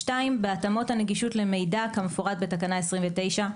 בהתאמות הנגישות למידע כמפורט בתקנה 29,